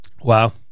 wow